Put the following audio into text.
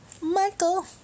Michael